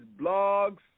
blogs